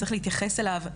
צריך להתייחס אליו,